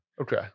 okay